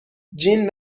جین